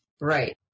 Right